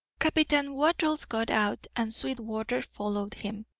captain wattles got out, and sweetwater followed him.